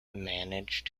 managed